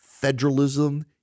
federalism